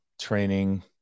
training